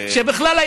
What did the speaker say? שבכלל,